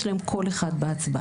יש להם קול אחד בהצבעה.